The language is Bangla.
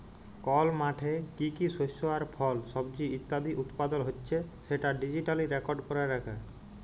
কল মাঠে কি কি শস্য আর ফল, সবজি ইত্যাদি উৎপাদল হচ্যে সেটা ডিজিটালি রেকর্ড ক্যরা রাখা